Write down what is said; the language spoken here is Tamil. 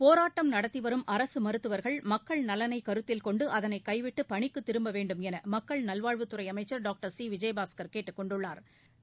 போராட்டம் நடத்திவரும் அரசு மருத்துவர்கள் மக்கள் நலனை கருத்தில் கொண்டு அதனை கைவிட்டு பணிக்கு திரும்ப வேண்டும் என மக்கள் நல்வாழ்வுத்துறை அமைச்சள் டாக்டர் சி விஜயபாஸ்கள் கேட்டுக்கொண்டுள்ளாா்